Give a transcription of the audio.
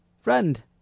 friend